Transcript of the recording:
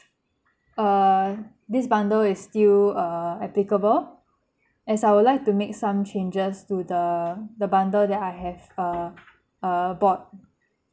err this bundle is still err applicable as I would like to make some changes to the the bundle that I have err err bought